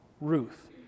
Ruth